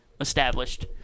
established